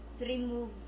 remove